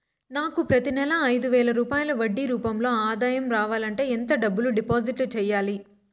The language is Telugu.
నాకు ప్రతి నెల ఐదు వేల రూపాయలు వడ్డీ రూపం లో ఆదాయం రావాలంటే ఎంత డబ్బులు డిపాజిట్లు సెయ్యాలి?